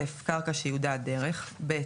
(א) קרקע שייעודה דרך, (ב)